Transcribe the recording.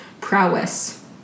prowess